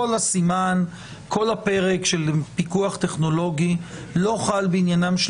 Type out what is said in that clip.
כל הפרק של פיקוח טכנולוגי לא חל בעניינם של